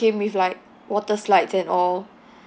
came with like water slides and all